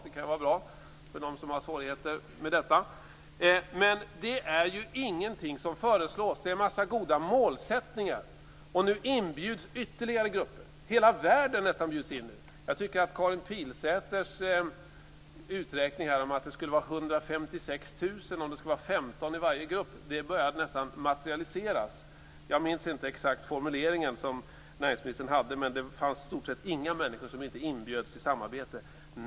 Det kan ju vara bra för dem som har svårigheter med detta, men det föreslås ju ingenting. Det är en massa goda målsättningar. Nu inbjuds ytterligare grupper. Nästan hela världen bjuds in. Jag tycker att Karin Pilsäters uträkning om att det skulle bli 156 000 om det skall vara 15 i varje grupp nästan börjar materialiseras. Jag minns inte exakt den formulering som näringsministern använde, men det fanns i stort sett inga människor som inte inbjöds till samarbete.